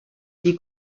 gli